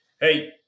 hey